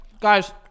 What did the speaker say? guys